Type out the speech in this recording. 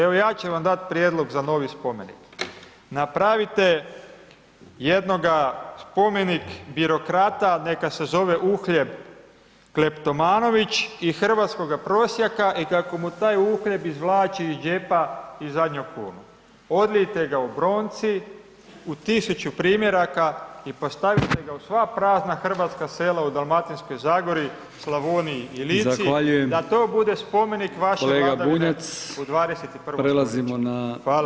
Evo, ja ću vam dat prijedlog za novi spomenik, napravite jednoga spomenik birokrata, neka se zove uhljeb kleptomanović i hrvatskoga prosjaka i kako mu taj uhljeb izvlači iz džepa i zadnju kunu, odlijte ga u bronci u 1000 primjeraka i postavite ga u sva prazna hrvatska sela u Dalmatinskoj Zagori, Slavoniji i Lici [[Upadica: Zahvaljujem…]] da to bude spomenik vaše [[Upadica: kolega Bunjac]] vladavine u 21. stoljeću [[Upadica: Prelazimo na…]] Hvala.